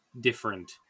different